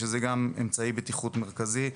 שזה גם אמצעי בטיחות מרכזי,